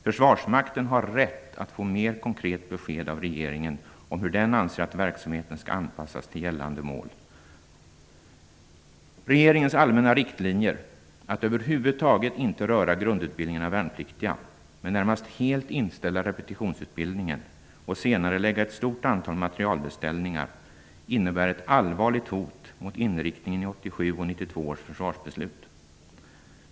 Försvarsmakten har rätt att få mer konkret besked av regeringen om hur den anser att verksamheten skall anpassas till gällande mål. Regeringens allmänna riktlinjer, att över huvud taget inte röra grundutbildningen av värnpliktiga, men närmast helt inställa repetitionsutbildningen och senarelägga ett stort antal materielbeställningar, innebär ett allvarligt hot mot inriktningen i 1987 och 1992 års försvarsbeslut.